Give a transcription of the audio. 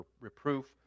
reproof